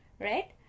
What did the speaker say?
right